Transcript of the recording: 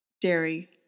dairy